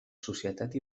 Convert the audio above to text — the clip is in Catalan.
societat